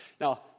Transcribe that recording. Now